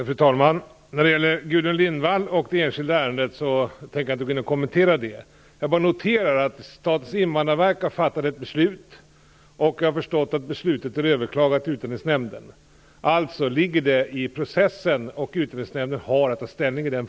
Fru talman! Jag tänker inte kommentera Gudrun Lindvalls enskilda ärende. Jag bara noterar att Statens invandrarverk har fattat ett beslut, och efter vad jag förstått är det beslutet överklagat i Utlänningsnämnden. Det pågår alltså en process, och Utlänningsnämnden har att ta ställning i frågan.